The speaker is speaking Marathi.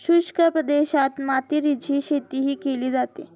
शुष्क प्रदेशात मातीरीची शेतीही केली जाते